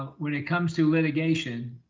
when it comes to litigation,